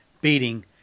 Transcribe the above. beating